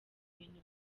bintu